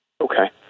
Okay